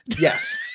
Yes